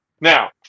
Now